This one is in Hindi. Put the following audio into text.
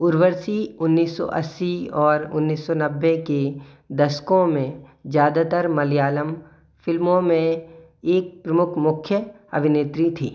उर्वशी उन्नीस सौ अस्सी और उन्नीस सौ नब्बे के दशकों में ज़्यादातर मलयालम फिल्मों में एक प्रमुख मुख्य अभिनेत्री थीं